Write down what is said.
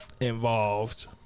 involved